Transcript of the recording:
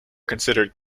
considered